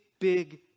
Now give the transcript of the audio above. big